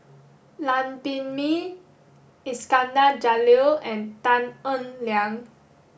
Lam Pin Min Iskandar Jalil and Tan Eng Liang